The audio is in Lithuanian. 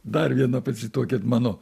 dar vieną pacituokit mano